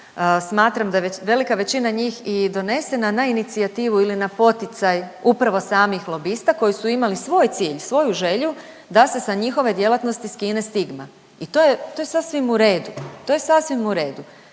Smatram da je velika većina njih i donesena na inicijativu ili na poticaj upravo samih lobista koji su imali svoj cilj, svoju želju da se sa njihove djelatnosti skine stigma i to je, to je sasvim u redu,